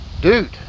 Dude